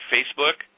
Facebook